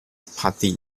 party